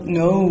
no